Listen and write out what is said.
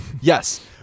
yes